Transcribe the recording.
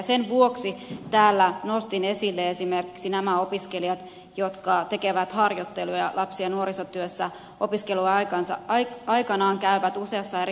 sen vuoksi täällä nostin esille esimerkiksi nämä opiskelijat jotka tekevät harjoitteluja lapsi ja nuorisotyössä opiskeluaikanaan käyvät useassa eri harjoittelussa